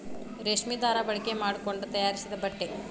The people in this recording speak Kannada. ರೇಶ್ಮಿ ದಾರಾ ಬಳಕೆ ಮಾಡಕೊಂಡ ತಯಾರಿಸಿದ ಬಟ್ಟೆ